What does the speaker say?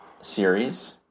series